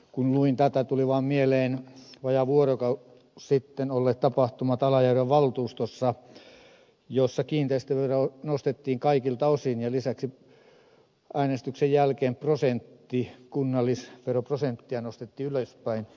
kun luin tätä tulivat vaan mieleen vajaa vuorokausi sitten olleet tapahtumat alajärven valtuustossa jossa kiinteistöveroa nostettiin kaikilta osin ja lisäksi äänestyksen jälkeen kunnallisveroprosenttia nostettiin prosentti ylöspäin